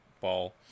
ball